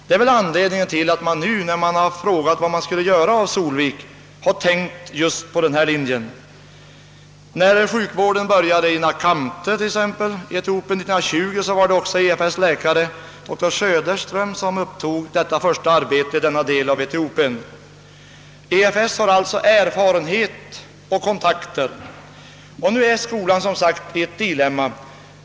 Detta är anledningen till att man när det frågats vad som skall göras av Solvik har tänkt just på den nu föreslagna verksamheten. När sjukvården började i t.ex. Nakamte i Etiopien 1920 var det också Evangeliska fosterlandsstiftelsens läkare doktor Söderström som startade det första arbetet i denna del av Etiopien. Evangeliska fosterlandsstiftelsen har alltså erfarenhet och kontakter och nu befinner sig som sagt skolan i ett dilemma.